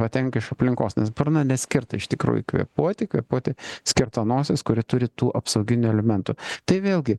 patenka iš aplinkos nes burna neskirta iš tikrųjų kvėpuoti kvėpuoti skirta nosis kuri turi tų apsauginių elementų tai vėlgi